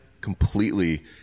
completely